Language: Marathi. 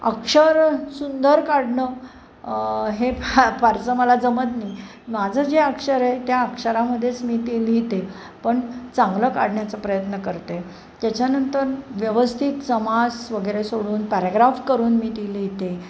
अक्षर सुंदर काढणं हे फार फारसं मला जमत नही माझं जे अक्षर आहे त्या अक्षरामध्येच मी ते लिहिते पण चांगलं काढण्याचा प्रयत्न करते त्याच्यानंतर व्यवस्थित समास वगैरे सोडून पॅराग्राफ करून मी ती लिहते